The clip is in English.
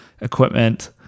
equipment